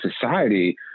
society